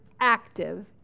active